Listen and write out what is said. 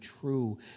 true